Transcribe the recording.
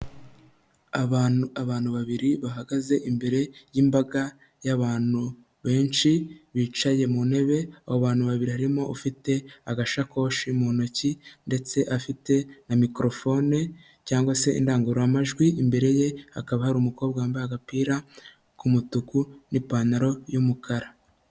Abantu, abantu babiri bahagaze imbere y'imbaga y'abantu benshi, bicaye mu ntebe, abo bantu babiri harimo ufite agashakoshi mu ntoki, ndetse afite na mikorofone cyangwa se indangururamajwi imbere ye, hakaba hari umukobwa wambaye agapira k'umutuku n'ipantaro y'umukara.